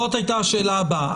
זו הייתה השאלה הבאה.